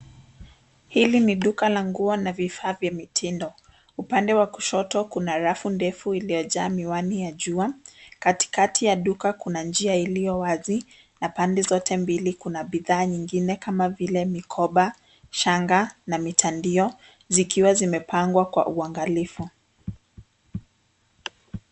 Hili ni duka la nguo na vifaa vya mitindo. Upande wa kushoto kuna rafu ndefu iliyojaa miwani ya jua, katikati ya duka kuna njia iliyowazi na pande zote mbili kuna bidhaa nyingine kama vile mikoba, shanga na mitandio zikiwa zimepangwa kwa uangalifu.